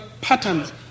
patterns